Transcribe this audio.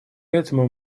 этому